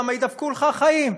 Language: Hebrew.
למה יידפקו לך החיים.